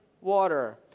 water